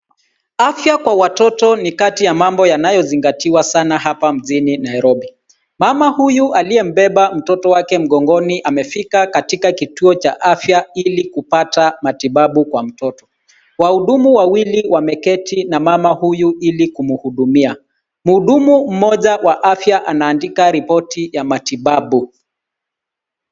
Afya kwa watoto ni kati ya mambo yanayozingatiwa sana hapa mjini Nairobi. Mama huyu aliyembeba mtoto wake mgongoni amefika katika kituo cha afya ili kupata matibabu kwa mtoto. Wahudumu wawili wameketi na mama huyu ili kumhudumia. Mhudumu mmoja wa afya anaandika ripoti ya matibabu.